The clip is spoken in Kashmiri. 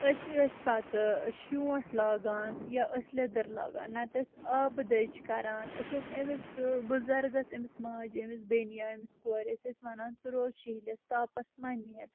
أسۍ ٲسۍ پتہٕ شونٹھ لاگان یا ٲسۍ لیٚدر لاگان نتہٕ آس آبہٕ دج کران أسۍ ٲسۍ امِس بُزرگس امِس ماجہِ امِس بینہِ یا امِس کورِ ٲسۍ أسۍ ونان ژٕ روز شہلس تاپس مہٕ نیر